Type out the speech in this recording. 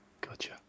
gotcha